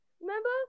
Remember